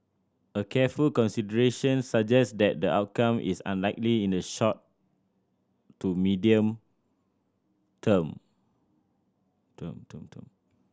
a careful consideration suggest that the outcome is unlikely in the short to medium term term term term